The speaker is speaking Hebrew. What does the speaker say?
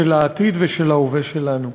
של העתיד ושל ההווה שלנו.